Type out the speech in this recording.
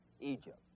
Egypt